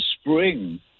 spring